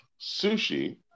sushi